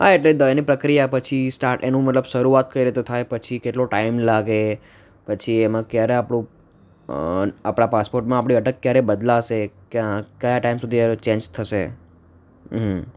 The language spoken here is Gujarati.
હા એટલે તેની પ્રક્રિયા પછી સ્ટાર્ટ એનું મતલબ શરૂઆત કરે તો થાય પછી કેટલો ટાઈમ લાગે પછી એમાં ક્યારે આપણું આપણા પાસપોર્ટમાં આપણી અટક ક્યારે બદલાશે ક્યાં કયા ટાઈમ સુધી એનું ચેન્જ થશે હં